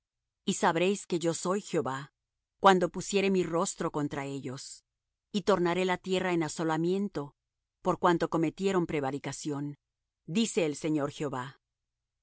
y sabréis que yo soy jehová cuando pusiere mi rostro contra ellos y tornaré la tierra en asolamiento por cuanto cometieron prevaricación dice el señor jehová